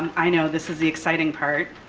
i know this is the exciting part.